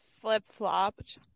flip-flopped